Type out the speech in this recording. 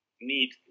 need